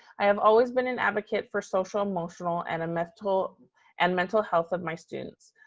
i have always been an advocate for social emotional and mental and mental health of my students.